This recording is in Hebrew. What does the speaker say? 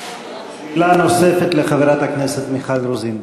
שאלה נוספת לחברת הכנסת מיכל רוזין.